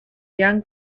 young